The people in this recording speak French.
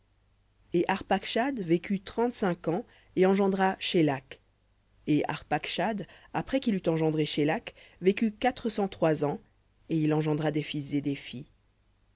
et arpacshad vécut trente-cinq ans et engendra shélakh et arpacshad après qu'il eut engendré shélakh vécut quatre cent trois ans et il engendra des fils et des filles